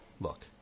look